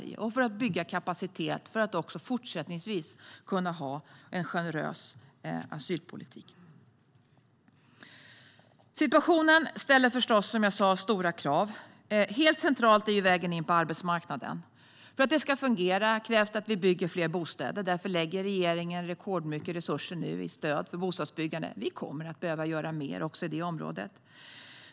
Vi måste också klara av att bygga kapacitet för att även fortsättningsvis kunna ha en generös asylpolitik. Som jag sa ställer situationen stora krav. Helt centralt är ju vägen in på arbetsmarknaden. För att det ska fungera krävs det att det byggs fler bostäder. Därför satsar regeringen rekordstora resurser till bostadsbyggande. Vi kommer också att behöva göra mer på det området.